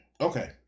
okay